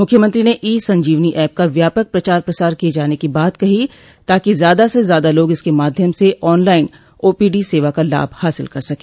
मुख्यमंत्री ने e Sanjeevani app का व्यापक प्रचार प्रसार किये जाने की बात कहीं ताकि ज्यादा से ज्यादा लोग इसके माध्यम से आन लाइन ओपीडी सेवा का लाभ हासिल कर सके